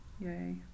yay